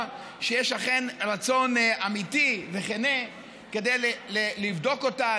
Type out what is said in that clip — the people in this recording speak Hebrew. שיש אכן רצון אמיתי וכן כדי לבדוק אותה,